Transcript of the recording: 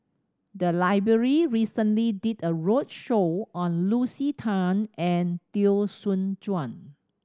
the library recently did a roadshow on Lucy Tan and Teo Soon Chuan